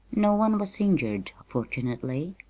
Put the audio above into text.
no one was injured, fortunately,